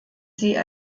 sie